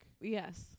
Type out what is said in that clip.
Yes